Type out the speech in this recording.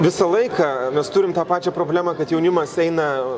visą laiką mes turim tą pačią problemą kad jaunimas eina